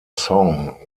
song